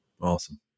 Awesome